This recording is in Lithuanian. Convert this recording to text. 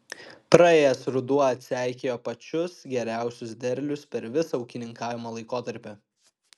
praėjęs ruduo atseikėjo pačius geriausius derlius per visą ūkininkavimo laikotarpį